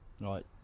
right